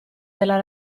della